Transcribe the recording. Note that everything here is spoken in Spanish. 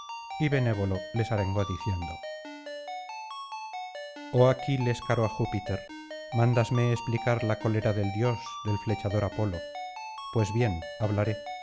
y benévolo les arengó diciendo o aquí le caro á júpiter mándasme explicar la cólera del dios del flechador apolo pues bien hablaré